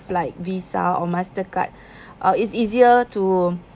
like visa or mastercard or it's easier to